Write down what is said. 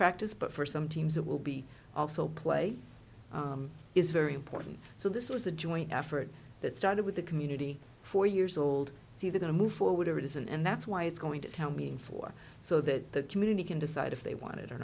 practice but for some teams that will be also play is very important so this was a joint effort that started with the community four years old it's either going to move for whatever it is and that's why it's going to tell me for so that the community can decide if they want it or